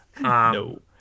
No